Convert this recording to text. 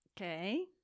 Okay